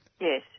Yes